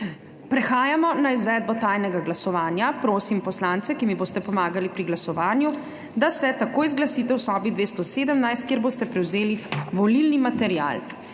Prehajamo na izvedbo tajnega glasovanja. Prosim poslance, ki mi boste pomagali pri glasovanju, da se takoj zglasite v sobi 217, kjer boste prevzeli volilni material.